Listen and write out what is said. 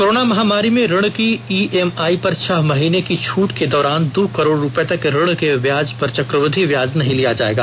corona महामारी में ऋण की ईएमआई पर छह महीने की छूट के दौरान दो करोड़ रुपये तक ऋण के ब्याज पर चक्रवृद्धि ब्याज नहीं लिया जाएगा